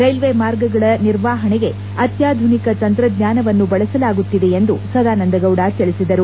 railway ಮಾರ್ಗಗಳ ನಿರ್ವಾಹಣೆಗೆ ಅತ್ಯಾಧುನಿಕ ತಂತ್ರಜ್ಞಾನವನ್ನು ಬಳಸಲಾಗುತ್ತಿದೆ ಎಂದು ಸದಾನಂದಗೌಡ ತಿಳಿಸಿದರು